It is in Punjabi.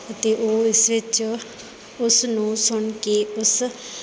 ਅਤੇ ਉਹ ਇਸ ਵਿੱਚ ਉਸ ਨੂੰ ਸੁਣ ਕੇ ਉਸ